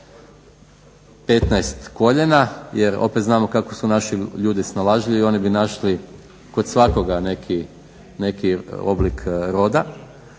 15 koljena jer opet znamo kako su naši ljudi snalažljivi. Oni bi našli kod svakoga neki oblik roda